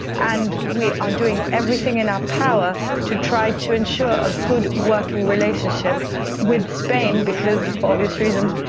and we are doing everything in our power to try to ensure a good working relationship with spain because, for obvious reasons,